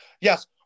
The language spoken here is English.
yes